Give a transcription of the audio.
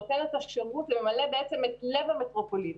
נותן את השירות ממלא את לב המטרופולין.